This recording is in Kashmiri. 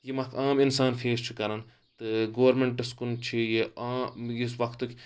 یِم اَکھ عام اِنسان فیس چھُ کَران تہٕ گورمِنٹس کُن چھُ یہِ عام یُس وقتُک